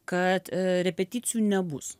kad repeticijų nebus